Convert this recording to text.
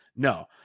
No